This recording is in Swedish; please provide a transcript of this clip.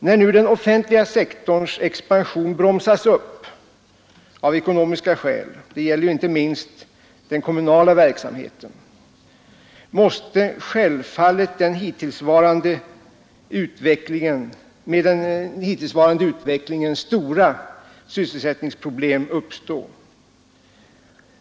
När nu den offentliga sektorns expansion bromsas upp av ekonomiska skäl — det gäller ju inte minst den kommunala verksamheten — måste självfallet med den hittillsvarande utvecklingen stora sysselsättningsproblem uppstå.